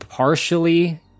partially